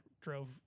drove